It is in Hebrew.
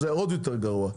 זה עוד יותר גרוע.